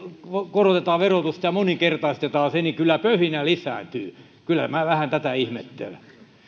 korotetaan verotusta ja moninkertaistetaan se niin kyllä pöhinä lisääntyy kyllä minä vähän tätä ihmettelen